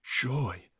joy